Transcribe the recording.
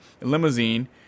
limousine